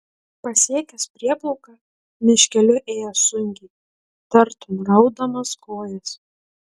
pasiekęs prieplauką miškeliu ėjo sunkiai tartum raudamas kojas